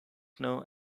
know